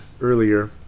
earlier